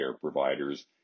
providers